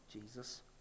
Jesus